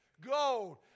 Gold